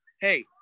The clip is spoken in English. hey